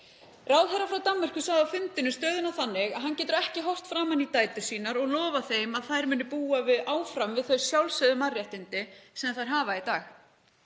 Ráðherra frá Danmörku sagði á fundinum stöðuna þannig að hann geti ekki horft framan í dætur sínar og lofað þeim að þær muni búa áfram við þau sjálfsögðu mannréttindi sem þær hafa í dag.